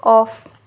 off